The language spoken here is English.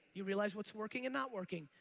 you realize what's working and not working.